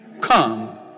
Come